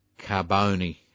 Carboni